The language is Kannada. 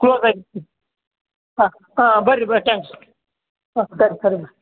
ಕ್ಲೋಸ್ ಆಯ್ತ್ ಹಾಂ ಹಾಂ ಬನ್ರಿ ಬರ್ರಿ ಟ್ಯಾಂಕ್ಸ್ ಹಾಂ ಸರಿ ಸರಿ ಮಾ